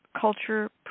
culture